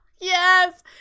Yes